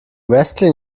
wrestling